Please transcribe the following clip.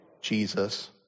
Jesus